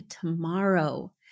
tomorrow